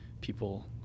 people